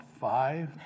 five